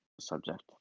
subject